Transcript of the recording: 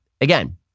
again